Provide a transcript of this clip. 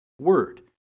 word